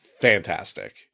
fantastic